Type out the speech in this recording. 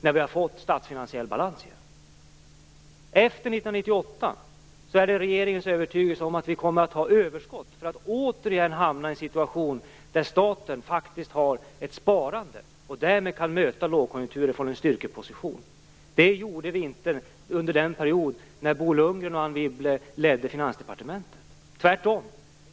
Det är regeringens övertygelse att vi efter 1998 kommer att ha överskott och återigen hamna i en situation där staten faktiskt har ett sparande och därmed kan möta lågkonjunkturer från en styrkeposition. Det kunde vi inte under den period då Bo Lundgren och Anne Wibble ledde Finansdepartementet. Tvärtom!